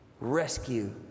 rescue